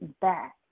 back